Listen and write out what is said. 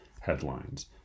headlines